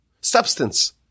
substance